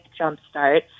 Jumpstart